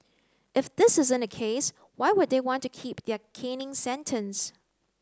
if this isn't the case why would they want to keep their caning sentence